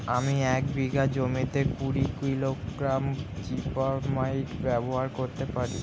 আমি এক বিঘা জমিতে কুড়ি কিলোগ্রাম জিপমাইট ব্যবহার করতে পারি?